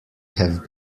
have